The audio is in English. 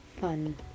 fun